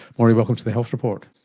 maurie, welcome to the health report.